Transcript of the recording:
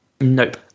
Nope